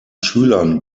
schülern